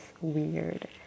weird